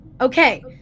Okay